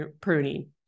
pruning